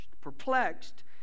perplexed